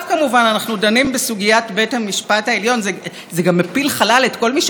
זה גם מפיל חלל את כל מי שחס וחלילה נגוע באהדה לאחד הגופים האלה,